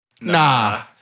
Nah